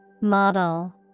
Model